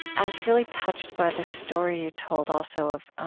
i was really touched by the story you told also of